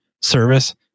service